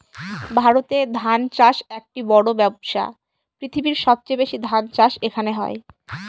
ভারতে ধান চাষ একটি বড়ো ব্যবসা, পৃথিবীর সবচেয়ে বেশি ধান চাষ এখানে হয়